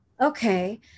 Okay